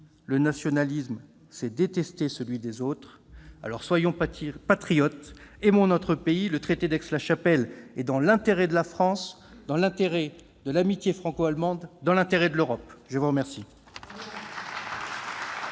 le nationalisme, c'est détester celui des autres. » Alors, soyons patriotes, aimons notre pays ! Le traité d'Aix-la-Chapelle est dans l'intérêt de la France, dans l'intérêt de l'amitié franco-allemande, dans l'intérêt de l'Europe ! Très bien